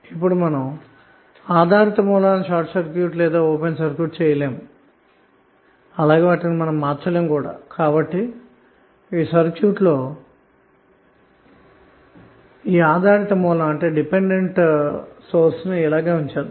ఇప్పుడు మనం ఆధారిత సోర్స్ లను షార్ట్సర్క్యూట్ లేదాఓపెన్ సర్క్యూట్ చేయలేము అలాగే వాటిని మార్చలేముకూడా కాబట్టివాటిని అలాగే సర్క్యూట్ లో ఉంచి వేద్దాము